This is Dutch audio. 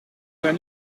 zijn